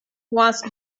was